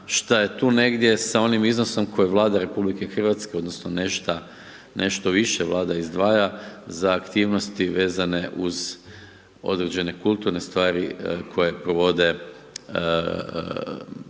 što je tu negdje sa onim iznosom koje Vlada RH odnosno, nešto više vlada izdvaja za aktivnosti vezane uz određene kulturne stvari koje provode nacionalne